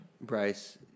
Bryce